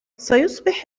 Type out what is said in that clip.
سيصبح